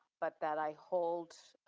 but that i hold,